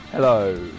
Hello